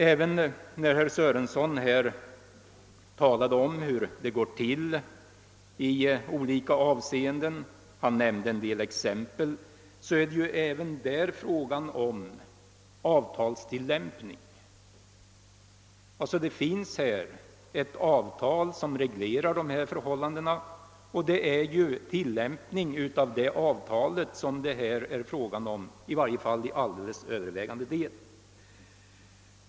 Herr Sörenson talade vidare om hur det går till i olika avsenden och gav en del exempel, men det är ju också därvidlag fråga om avtalstillämpning. Det finns alltså ett avtal som reglerar dessa förhållanden och det är ju tilllämpning av det avtalet som det här är fråga om, i varje fall till alldeles övervägande del.